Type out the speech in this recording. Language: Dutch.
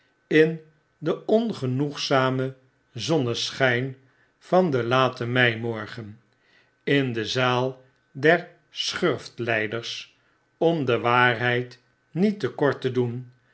in den ongenoegzamen zonneschjjn vw den laten meimorgen in de zaal der schurftlgders om de waarheid niet te kort te doen